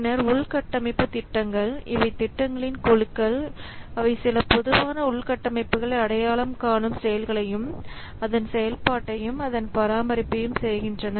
பின்னர் உள்கட்டமைப்பு திட்டங்கள் இவை திட்டங்களின் குழுக்கள் அவை சில பொதுவான உள்கட்டமைப்புகளை அடையாளம் காணும் செயல்களையும் அதன் செயல்பாட்டையும் அதன் பராமரிப்பையும் செய்கின்றன